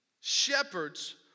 shepherds